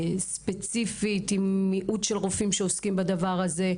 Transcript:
ספציפית, עם מיעוט רופאים שעוסקים בשיטה הזאת.